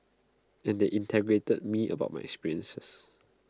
and then they interrogated me about my experience